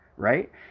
Right